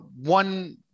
one